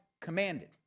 commanded